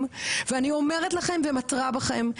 שיושבים כאן ואני אומרת לכם ומתרה בכם,